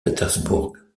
pétersbourg